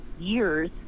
years